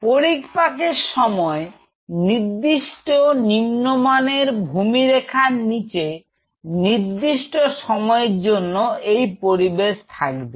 তো পরিপাকের সময় নির্দিষ্ট নিম্নমানের ভূমি রেখার নিচে নির্দিষ্ট সময়ের জন্য এই পরিবেশ থাকবে